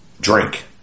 drink